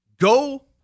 Go